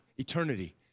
Eternity